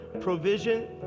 provision